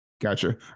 gotcha